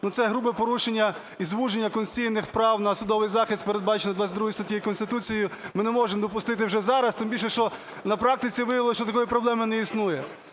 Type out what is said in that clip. це грубе порушення і звуження конституційних прав на судовий захист, передбачений 22 статтею Конституції. Ми не можемо допустити вже зараз, тим більше, що на практиці виявилося, що такої проблеми не існує.